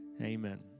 Amen